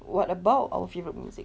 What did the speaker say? what about our favorite music